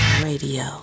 radio